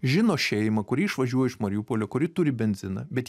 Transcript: žino šeimą kuri išvažiuoja iš mariupolio kuri turi benziną bet